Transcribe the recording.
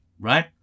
right